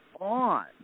on